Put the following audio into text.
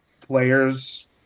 players